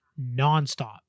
nonstop